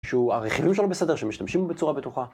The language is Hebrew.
שהוא הרכיבים שלו בסדר, שמשתמשים בצורה בטוחה